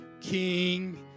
King